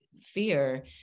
fear